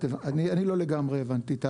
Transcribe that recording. אני לא לגמרי הבנתי.